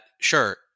sure